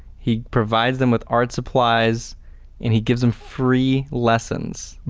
he provides them with art supplies and he gives them free lessons.